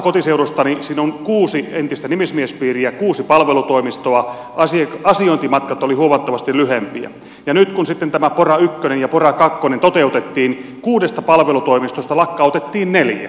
siinä oli kuusi nimismiespiiriä kuusi palvelutoimistoa asiointimatkat olivat huomattavasti lyhyempiä ja nyt kun sitten tämä pora i ja pora ii toteutettiin kuudesta palvelutoimistosta lakkautettiin neljä